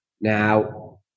Now